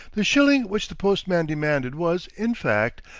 the shilling which the postman demanded was, in fact,